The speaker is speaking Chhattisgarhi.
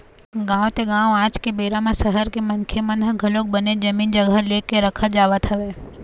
गाँव ते गाँव आज के बेरा म सहर के मनखे मन ह घलोक बनेच जमीन जघा ले के रखत जावत हवय